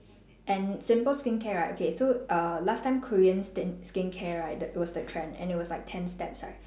and simple skincare right okay so err last time korean st~ skincare right the was the trend and it was like ten steps right